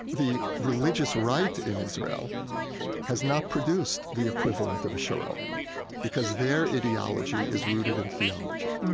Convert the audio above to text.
the religious right in israel has not produced the equivalent of sharon because their ideology is rooted in theology.